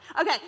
Okay